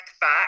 back